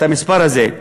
את המספר הזה,